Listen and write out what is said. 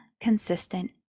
consistent